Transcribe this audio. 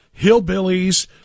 hillbillies